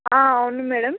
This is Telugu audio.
అవును మ్యాడమ్